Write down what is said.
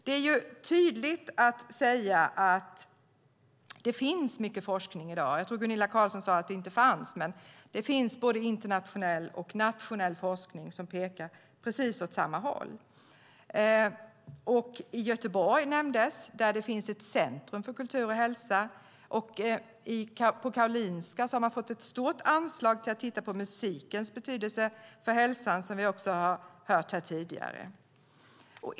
Det finns mycket forskning i dag. Jag tror att Gunilla Carlsson i Hisings Backa sade att det inte fanns. Men det finns både internationell och nationell forskning som pekar precis åt samma håll. Göteborg nämndes. Där finns ett centrum för kultur och hälsa. Och på Karolinska har man fått ett stort anslag för att titta på musikens betydelse för hälsan, vilket vi också har hört här tidigare.